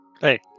Hey